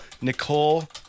Nicole